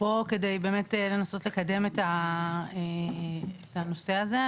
פה כדי באמת לנסות לקדם את הנושא הזה,